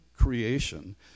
creation